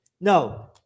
No